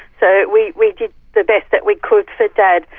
so we we did the best that we could for dad.